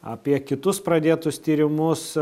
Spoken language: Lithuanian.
apie kitus pradėtus tyrimus